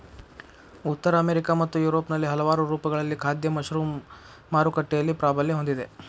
ಉತ್ತರ ಅಮೆರಿಕಾ ಮತ್ತು ಯುರೋಪ್ನಲ್ಲಿ ಹಲವಾರು ರೂಪಗಳಲ್ಲಿ ಖಾದ್ಯ ಮಶ್ರೂಮ್ ಮಾರುಕಟ್ಟೆಯಲ್ಲಿ ಪ್ರಾಬಲ್ಯ ಹೊಂದಿದೆ